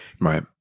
Right